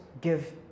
give